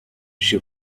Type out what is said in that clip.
she